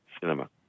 cinema